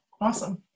Awesome